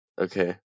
Okay